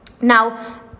Now